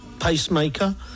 pacemaker